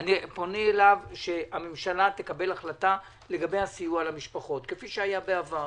אני פונה אליו שהממשלה תקבל החלטה בעניין הסיוע למשפחות כפי שהיה בעבר,